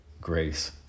grace